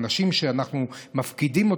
האנשים שאנחנו מפקידים,